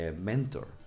mentor